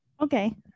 Okay